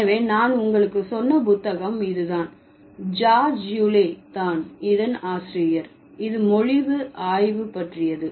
எனவே நான் உங்களுக்கு சொன்ன புத்தகம் இது தான் ஜார்ஜ் யூலே தான் இதன் ஆசிரியர் இது மொழி ஆய்வு பற்றியது